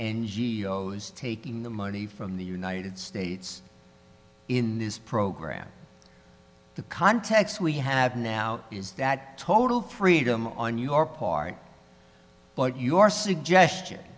o s taking the money from the united states in this program the context we have now is that total freedom on your part but your suggestion